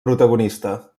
protagonista